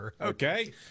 Okay